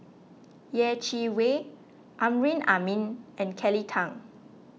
Yeh Chi Wei Amrin Amin and Kelly Tang